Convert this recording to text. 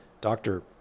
Doctor